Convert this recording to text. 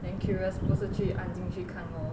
then curious 不是去按进去看 lor